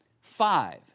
five